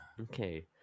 Okay